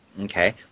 Okay